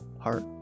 heart